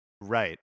right